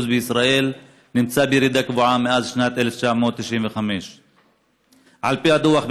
בישראל נמצא בירידה קבועה מאז שנת 1995. על פי הדוח,